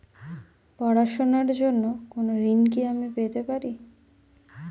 পড়াশোনা র জন্য কোনো ঋণ কি আমি পেতে পারি?